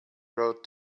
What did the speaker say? road